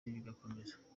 bigakomeza